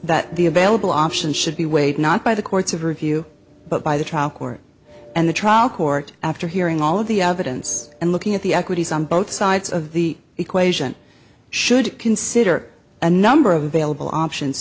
that the available option should be weighed not by the courts of review but by the trial court and the trial court after hearing all of the evidence and looking at the equities on both sides of the equation should consider a number of available options